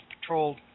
patrolled